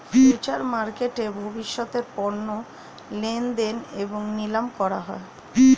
future মার্কেটে ভবিষ্যতের পণ্য লেনদেন এবং নিলাম করা হয়